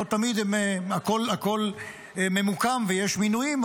לא תמיד הכול ממוקם ויש מינויים,